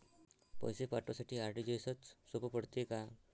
पैसे पाठवासाठी आर.टी.जी.एसचं सोप पडते का?